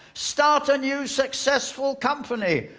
start a new successful company.